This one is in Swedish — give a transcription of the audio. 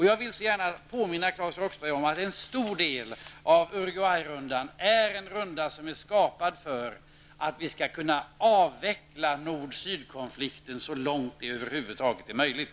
Jag vill påminna Claes Roxbergh om att en stor del av Uruguay-rundan är skapad för att Nord-- Sydkonflikten skall kunna avvecklas så långt det över huvud taget är möjligt.